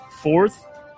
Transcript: fourth